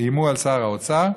איימו על שר האוצר.